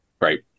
Right